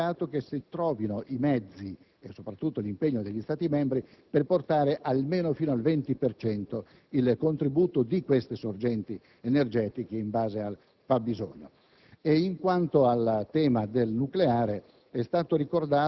Sulle energie alternative e rinnovabili è auspicabile che si trovino i mezzi, e soprattutto l'impegno degli Stati membri, per portare almeno fino al 20 per cento il contributo di queste sorgenti energetiche in base al fabbisogno.